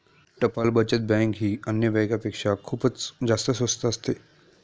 टपाल बचत बँक ही अन्य बँकांपेक्षा खूपच जास्त स्वस्त असते